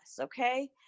okay